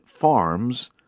farms